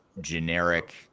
generic